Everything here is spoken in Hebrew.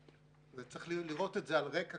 צריך לראות את זה על רקע.